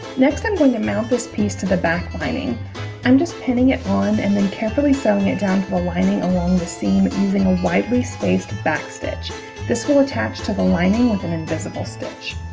next i'm going to mount this piece to the back lining i'm just pinning it on and then carefully sewing it down to the lining along the seam using a widely spaced back stitch this will attach to the lining with an invisible stitch